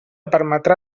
permeta